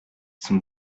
son